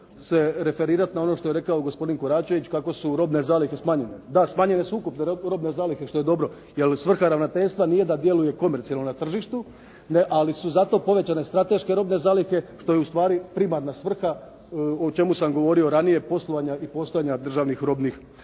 se referirati na ono što je rekao gospodin Koračević kako su robne zalihe smanjenje. Da, smanjene su ukupne robne zalihe što je dobro jer svrha Ravnateljstva nije da djeluje komercijalno na tržištu, ali su zato povećane strateške robne zalihe što je ustvari primarna svrha, o čemu sam govorio ranije, poslovanja i postojanja državnih robnih